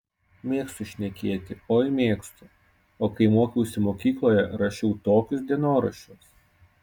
mėgstu šnekėti oi mėgstu o kai mokiausi mokykloje rašiau tokius dienoraščius